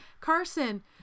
Carson